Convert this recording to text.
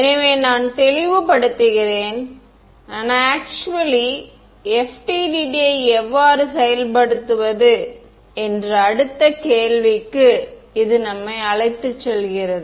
எனவே நான் தெளிவுபடுத்துகிறேன் நான் உண்மையில் FDTD யை எவ்வாறு செயல்படுத்துவது என்ற அடுத்த கேள்விக்கு இது நம்மை அழைத்துச் செல்கிறது